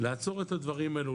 לעצור את הדברים האלה,